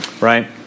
right